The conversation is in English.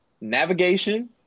navigation